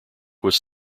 was